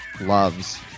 loves